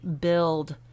build